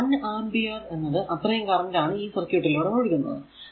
ഈ 1 ആമ്പിയർ എന്നത് അത്രയും കറന്റ് ആണ് ഈ സർക്യൂട് ലൂടെ ഒഴുകുന്നത്